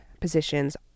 positions